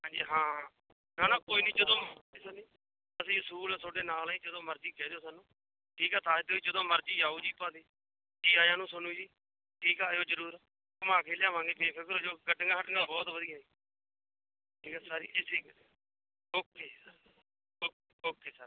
ਹਾਂਜੀ ਹਾਂ ਨਾ ਨਾ ਕੋਈ ਨਹੀਂ ਜਦੋਂ ਅਸੀਂ ਅਸੂਲ ਆ ਤੁਹਾਡੇ ਨਾਲ ਹੈ ਜਦੋਂ ਮਰਜ਼ੀ ਕਹਿ ਦਿਓ ਸਾਨੂੰ ਠੀਕ ਆ ਦੱਸ ਦਿਓ ਜਦੋਂ ਮਰਜ਼ੀ ਆਓ ਜੀ ਭਾਅ ਜੀ ਜੀ ਆਇਆ ਨੂੰ ਤੁਹਾਨੂੰ ਜੀ ਠੀਕ ਆ ਆਇਓ ਜ਼ਰੂਰ ਘੁੰਮਾ ਕੇ ਲਿਆਵਾਂਗੇ ਗੱਡੀਆਂ ਸਾਡੀਆਂ ਬਹੁਤ ਵਧੀਆ ਜੀ ਠੀਕ ਆ ਸਾਰੀ ਚੀਜ਼ ਠੀਕ ਆ ਜੀ ਓਕੇ ਜੀ ਸਰ ਓਕੇ ਓਕੇ ਸਰ